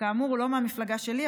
שכאמור הוא לא מהמפלגה שלי,